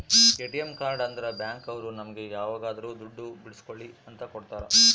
ATM card ಅಂದ್ರ bank ಅವ್ರು ನಮ್ಗೆ ಯಾವಾಗದ್ರು ದುಡ್ಡು ಬಿಡ್ಸ್ಕೊಳಿ ಅಂತ ಕೊಡ್ತಾರ